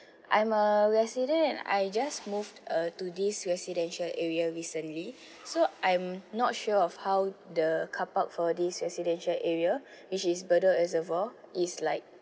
I'm a resident and I just move uh to this residential area recently so I'm not sure of how the carpark for this residential area which is bedok reservoir is like